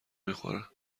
میخورن